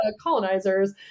colonizers